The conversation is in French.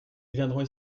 viendront